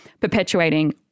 Perpetuating